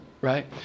right